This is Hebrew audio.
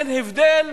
אין הבדל.